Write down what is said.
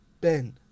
ben